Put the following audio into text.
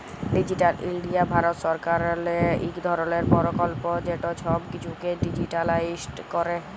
digital India Bharat সরকারেরলে ইক ধরলের পরকল্প যেট ছব কিছুকে ডিজিটালাইস্ড ক্যরে